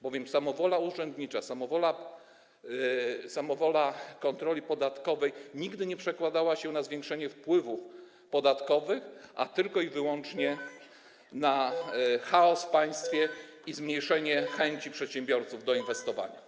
Bowiem samowola urzędnicza, samowola kontroli podatkowej nigdy nie przekładała się na zwiększenie wpływów podatkowych, a tylko i wyłącznie na chaos w państwie i zmniejszenie chęci przedsiębiorców do inwestowania.